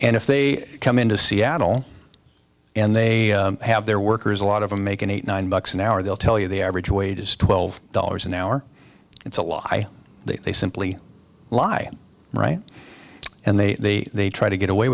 and if they come into seattle and they have their workers a lot of them make an eight nine bucks an hour they'll tell you the average wage is twelve dollars an hour it's a lie they simply lie right and they they try to get away